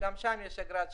שגם שם יש אגרת שמירה,